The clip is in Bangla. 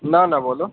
না না বলো